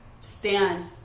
stand